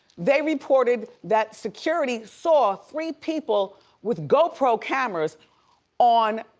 they reported that security saw three people with gopro cameras on,